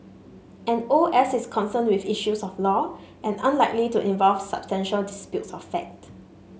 an O S is concerned with issues of law and unlikely to involve substantial disputes of fact